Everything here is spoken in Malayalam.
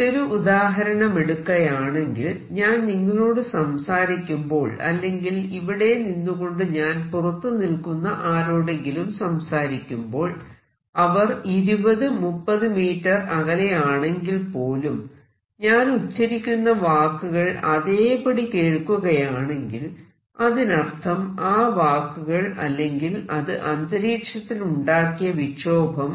മറ്റൊരു ഉദാഹരണമെടുക്കയാണെങ്കിൽ ഞാൻ നിങ്ങളോടു സംസാരിക്കുമ്പോൾ അല്ലെങ്കിൽ ഇവിടെ നിന്നുകൊണ്ട് ഞാൻ പുറത്തു നിൽക്കുന്ന ആരോടെങ്കിലും സംസാരിക്കുമ്പോൾ അവർ 20 30 മീറ്റർ അകലെയാണെങ്കിൽ പോലും ഞാൻ ഉച്ചരിക്കുന്ന വാക്കുകൾ അതേപടി കേൾക്കുകയാണെങ്കിൽ അതിനർത്ഥം ആ വാക്കുകൾ അല്ലെങ്കിൽ അത് അന്തരീക്ഷത്തിൽ ഉണ്ടാക്കിയ വിക്ഷോഭം